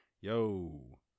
Yo